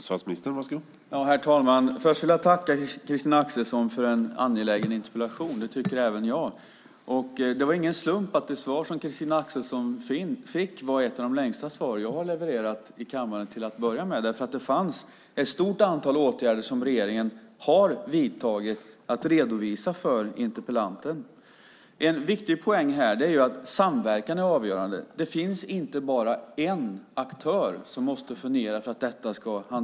Herr talman! Först vill jag tacka Christina Axelsson för en angelägen interpellation. Det var ingen slump att det svar som hon fick var ett av de längsta svar jag har levererat i kammaren. Det fanns ett stort antal åtgärder som regeringen har vidtagit att redovisa för interpellanten. En viktig poäng är att samverkan är avgörande. Det är inte bara en aktör som måste hantera och lösa detta.